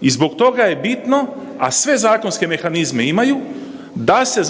I zbog toga je bitno, a sve zakonske mehanizme imaju da se